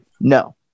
no